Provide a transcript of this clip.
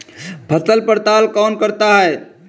फसल पड़ताल कौन करता है?